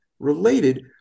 related